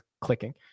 clicking